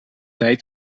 tijd